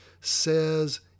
says